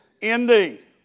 indeed